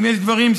ואם יש עוד דברים.